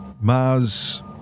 Mars